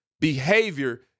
behavior